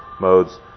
modes